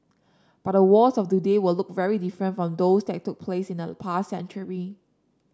but the wars of today will look very different from those that took place in the past century